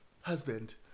husband